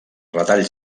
retalls